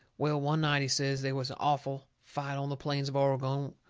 well, one night he says, they was an awful fight on the plains of oregon,